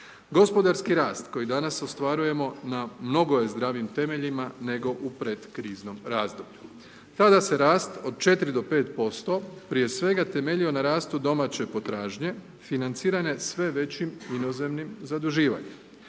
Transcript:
Gospodarski rast koji danas ostvarujemo, na mnogo je zdravijim temeljima, nego u pred kriznom razdoblju. Tada se rast od 4 do 5%, prije svega, temeljio na rastu domaće potražnje, financirane sve većim inozemnim zaduživanjem